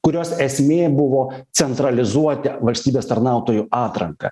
kurios esmė buvo centralizuoti valstybės tarnautojų atranką